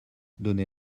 donnez